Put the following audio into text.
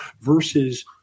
versus